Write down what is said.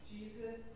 Jesus